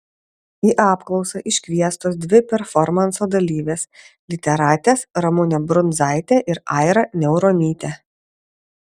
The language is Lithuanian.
į apklausą iškviestos dvi performanso dalyvės literatės ramunė brunzaitė ir aira niauronytė